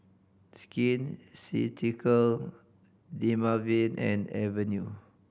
Skin Ceuticals Dermaveen and Avene